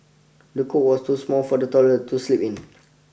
the cot was too small for the toddler to sleep in